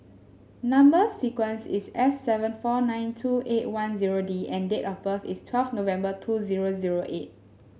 number sequence is S seven four nine two eight one zero D and date of birth is twelve November two zero zero eight